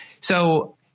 So-